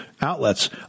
outlets